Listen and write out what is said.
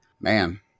man